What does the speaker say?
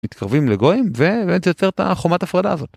מתקרבים לגויים ובאמת זה יוצר את החומת הפרדה הזאת.